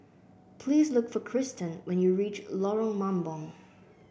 please look for Cristen when you reach Lorong Mambong